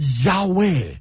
Yahweh